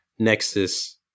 nexus